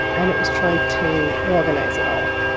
and it was trying to organize it all.